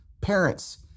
parents